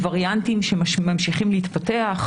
ורק בגל הזה נפטרו מעל 1,800 פטירה משמעותית.